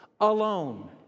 alone